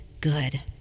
good